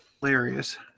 Hilarious